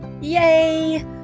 yay